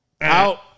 Out